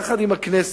יחד עם הכנסת,